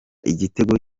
igitego